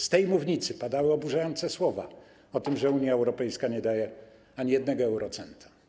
Z tej mównicy padały oburzające słowa o tym, że Unia Europejska nie daje ani 1 eurocenta.